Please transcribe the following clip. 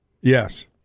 Yes